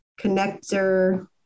connector